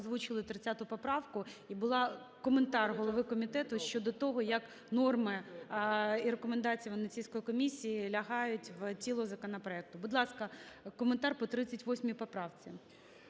озвучили 30 поправку. І був коментар голови комітету щодо того, як норми і рекомендації Венеційської комісії лягають в тіло законопроекту. Будь ласка, коментар по 38 поправці.